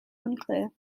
unclear